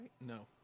No